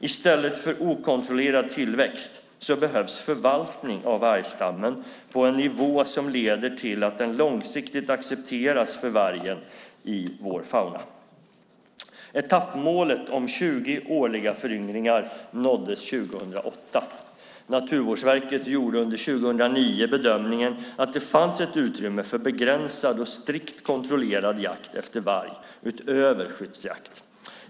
I stället för okontrollerad tillväxt behövs förvaltning av vargstammen på en nivå som leder till att den långsiktigt accepteras för vargen i vår fauna. Etappmålet om 20 årliga föryngringar nåddes 2008. Naturvårdsverket gjorde under 2009 bedömningen att det fanns ett utrymme för begränsad och strikt kontrollerad jakt efter varg utöver skyddsjakt.